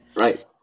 Right